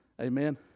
Amen